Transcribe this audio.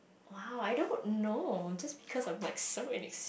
!wow! I don't know just because of like so many